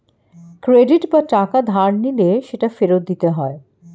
credit বা টাকা ধার নিলে সেটা ফেরত দিতে হয়